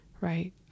right